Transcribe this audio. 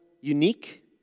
unique